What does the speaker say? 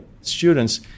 students